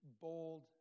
bold